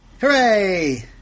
Hooray